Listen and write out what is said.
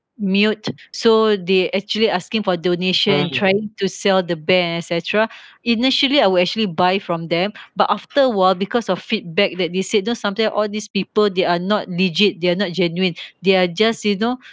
mute so they actually asking for donation trying to sell the bear and etcetera initially I will actually buy from them but after awhile because of feedback that they said just sometime all these people they are not legit they're not genuine they're just you know